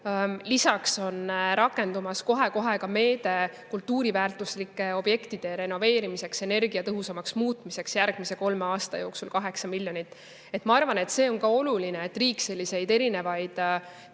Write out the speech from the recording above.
Lisaks on rakendumas kohe-kohe ka meede kultuuriväärtuslike objektide renoveerimiseks, energiatõhusamaks muutmiseks, mis [maksab] järgmise kolme aasta jooksul 8 miljonit. Ma arvan, et see on oluline, et riik selliseid erinevaid